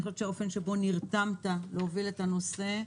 אני חושבת שהאופן שבו נרתמת להוביל את הנושא,